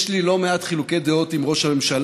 יש לי לא מעט חילוקי דעות עם ראש הממשלה,